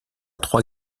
trois